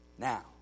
Now